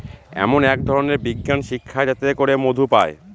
এমন এক ধরনের বিজ্ঞান শিক্ষা যাতে করে মধু পায়